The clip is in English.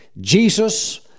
Jesus